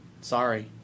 sorry